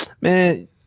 man